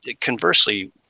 conversely